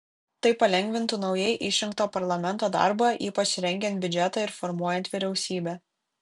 tai palengvintų naujai išrinkto parlamento darbą ypač rengiant biudžetą ir formuojant vyriausybę